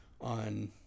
on